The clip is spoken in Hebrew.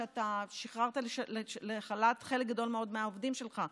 ששחררת לחל"ת חלק גדול מאוד מהעובדים שלך.